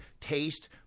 taste